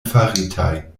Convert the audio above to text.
faritaj